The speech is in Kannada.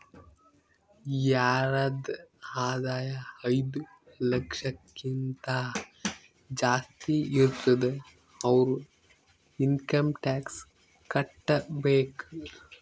ಯಾರದ್ ಆದಾಯ ಐಯ್ದ ಲಕ್ಷಕಿಂತಾ ಜಾಸ್ತಿ ಇರ್ತುದ್ ಅವ್ರು ಇನ್ಕಮ್ ಟ್ಯಾಕ್ಸ್ ಕಟ್ಟಬೇಕ್